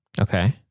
Okay